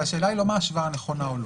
השאלה היא לא מה ההשוואה הנכונה או לא.